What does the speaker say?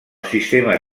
sistema